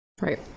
right